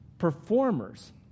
performers